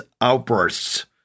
outbursts